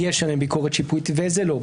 יש עליהן ביקורת שיפוטית ועל איזה לא.